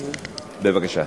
בבקשה.